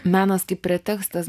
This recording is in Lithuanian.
menas kaip pretekstas